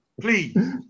please